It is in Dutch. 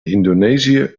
indonesië